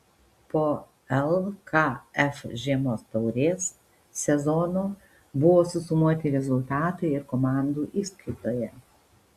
po lkf žiemos taurės sezono buvo susumuoti rezultatai ir komandų įskaitoje